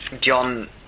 John